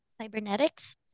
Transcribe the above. Cybernetics